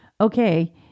Okay